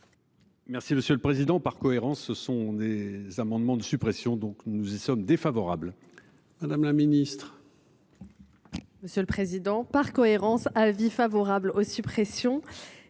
Merci Monsieur le Président, par cohérence, ce sont des amendements de suppression donc nous y sommes défavorables. Madame la Ministre. Monsieur le Président, par cohérence, avis favorable aux suppressions.